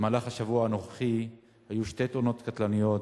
בשבוע הנוכחי היו שתי תאונות קטלניות